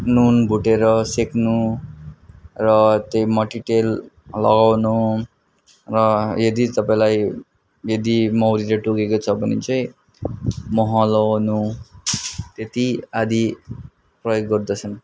नुन भुटेर सेक्नु र त्यही मटितेल लगाउनु र यदि सबैलाई यदि मौरीले टोकेको छ भने चाहिँ मह लगाउनु त्यति आदि प्रयोग गर्दछन्